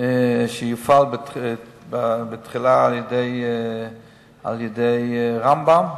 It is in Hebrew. שתפעל תחילה על-ידי "רמב"ם",